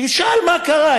תשאל מה קרה,